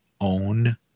own